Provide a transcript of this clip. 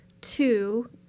two